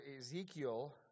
Ezekiel